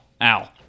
Al